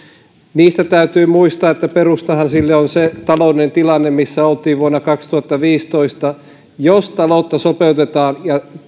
niistä täytyy muistaa että perusta niillehän on se taloudellinen tilanne missä oltiin vuonna kaksituhattaviisitoista jos taloutta sopeutetaan